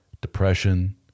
depression